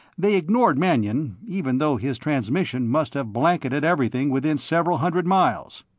they ignored mannion even though his transmission must have blanketed everything within several hundred miles.